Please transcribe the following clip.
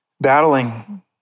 battling